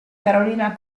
carolina